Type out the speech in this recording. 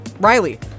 Riley